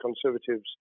Conservatives